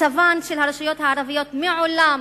מצבן של הרשויות הערביות מעולם